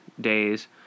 days